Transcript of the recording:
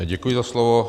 Děkuji za slovo.